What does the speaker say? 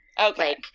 Okay